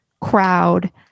crowd